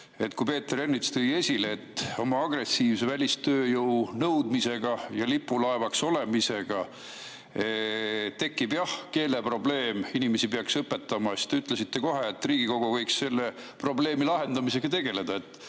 – kui Peeter Ernits tõi esile, et oma agressiivse välistööjõu nõudmisega ja lipulaevaks olemisega tekib keeleprobleem, inimesi peaks õpetama, siis te ütlesite kohe, et Riigikogu võiks selle probleemi lahendamisega tegeleda.